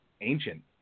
ancient